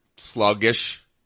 Sluggish